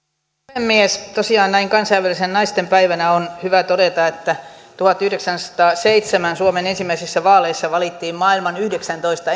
puhemies tosiaan näin kansainvälisenä naistenpäivänä on hyvä todeta että vuonna tuhatyhdeksänsataaseitsemän suomen ensimmäisissä vaaleissa valittiin maailman ensimmäiset yhdeksäntoista